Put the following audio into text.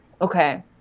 Okay